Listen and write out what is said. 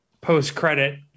post-credit